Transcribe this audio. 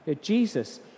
Jesus